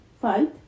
fight